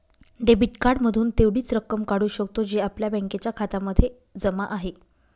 debit card मधून तेवढीच रक्कम काढू शकतो, जी आपल्या बँकेच्या खात्यामध्ये जमा आहे